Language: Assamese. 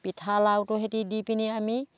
পিঠা লাড়ুটোৰ সৈতে দি পিনি আমি